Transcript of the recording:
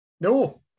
No